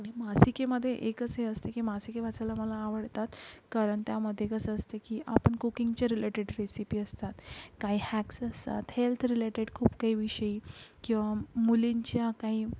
आणि मासिकेमध्ये एकच हे असते की मासिके वाचायला मला आवडतात कारण त्यामध्ये कसं असते की आपण कुकिंगच्या रिलेटेड रेसिपी असतात काही हॅक्स असतात हेल्थ रिलेटेड खूप काही विषयी किंवा मुलींच्या काही